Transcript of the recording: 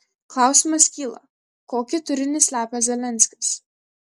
klausimas kyla kokį turinį slepia zelenskis